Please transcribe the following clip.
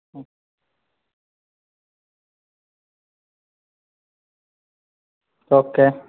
okay